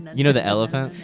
you know the elephant?